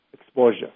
exposure